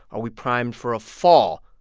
are we primed for a fall,